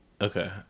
Okay